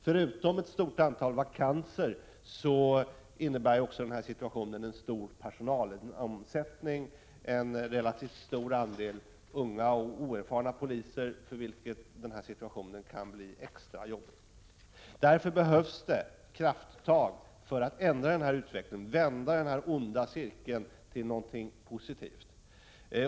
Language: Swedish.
Förutom ett stort antal vakanser medför situationen en stor personalomsättning och en relativt stor andel unga och oerfarna poliser, för vilka situationen kan bli extra jobbig. Därför behövs krafttag för att ändra utvecklingen och bryta den onda cirkeln till något positivt.